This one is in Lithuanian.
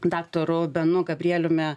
daktaru benu gabrieliumi